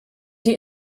die